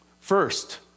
First